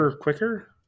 quicker